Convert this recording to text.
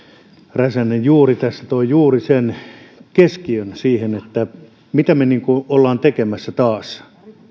räsänen juuri tässä toi sen keskiön että mitä me olemme tekemässä taas